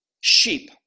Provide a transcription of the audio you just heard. sheep